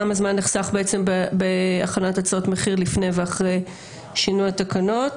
כמה זמן נחסך בעצם בהכנת הצעת המחיר לפני ואחרי שינוי התקנות,